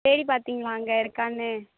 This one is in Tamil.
தேடி பார்த்திங்களா அங்கே இருக்கான்னு